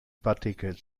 partikel